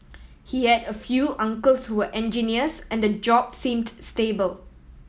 he had a few uncles who were engineers and the job seemed stable